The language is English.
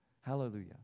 Hallelujah